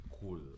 cool